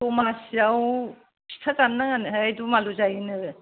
दमासियाव फिथा जानो नाङानोहाय दुमालु जायोनो